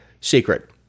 secret